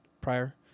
prior